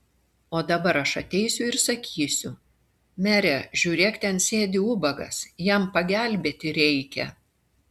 o dabar aš ateisiu ir sakysiu mere žiūrėk ten sėdi ubagas jam pagelbėti reikia